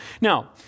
Now